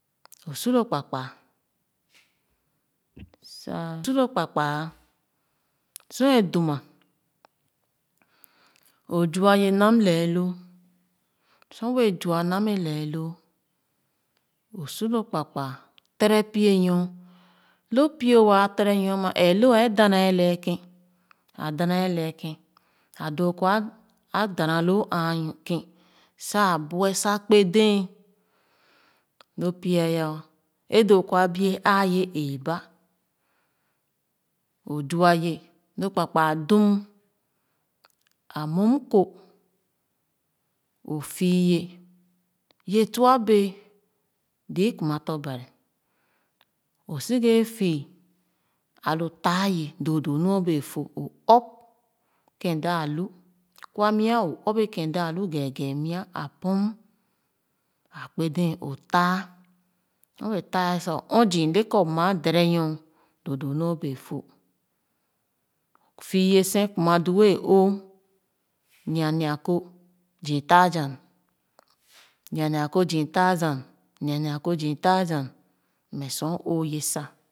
O su lo kpakpa sa su lo kpakpa sor a dum ma o zua ye nam lee lo sor wɛɛ zua ye nam lee lo o su lo kpakpa tere pie nor lo pie waa tere nyor ama ɛɛ lo ɛɛ da na lee kén a dana lee kèn o doo kɔ a dana nyor aekèn sa buɛ sa kpe dee lo pie a ya ē doo kɔ abiye a ye eeba o zma ye lo kpakpa dum a mum kor o fiiye ye tua bee zii kuma tɔ̄ bari o seghe fii alo taaye doo doo nu o bee fo o ɔp kèn daalu kwa mia o ɔp ye kèn daalu keeke mia a pɔm a kpè dee o tah so wɛɛ tah sa o ɔɔ zii le kup maa dere nyor doo doo nu o bee fo fii ye sen kuma du wɛɛ o’o nia-nia kor zii thousand nia-nia kor zii thousand mmɛ sor o’o ye sa.